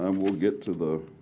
um we'll get to the